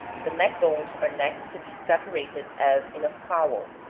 the neck bones are next to be separated as in a fowl,